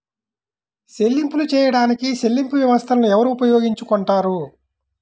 చెల్లింపులు చేయడానికి చెల్లింపు వ్యవస్థలను ఎవరు ఉపయోగించుకొంటారు?